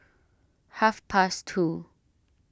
half past two